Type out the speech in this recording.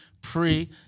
pre